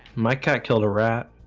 my cat killed a rat